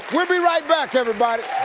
we'll be right back everybody!